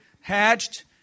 hatched